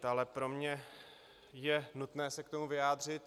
Ale pro mě je nutné se k tomu vyjádřit.